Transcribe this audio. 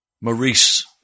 Maurice